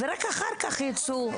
עזוב.